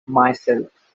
myself